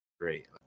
great